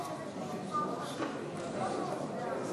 חוק צער בעלי-חיים (תיקון,